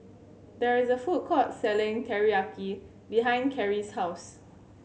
there is a food court selling Teriyaki behind Kerrie's house